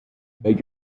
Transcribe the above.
beg